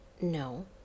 No